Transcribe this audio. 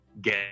get